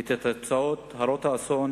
ואת התוצאות ההרות-אסון